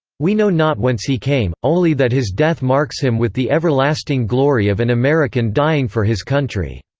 we know not whence he came, only that his death marks him with the everlasting glory of an american dying for his country